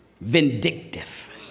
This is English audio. Vindictive